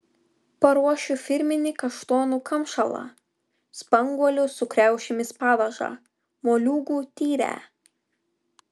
paruošiu firminį kaštonų kamšalą spanguolių su kriaušėmis padažą moliūgų tyrę